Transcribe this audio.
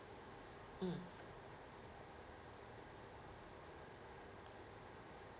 mm